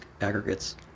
aggregates